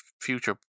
future